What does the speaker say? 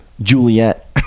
Juliet